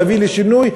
להביא לשינוי,